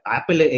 Apple